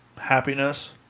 happiness